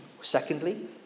Secondly